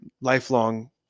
lifelong